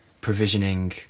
provisioning